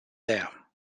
there